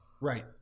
Right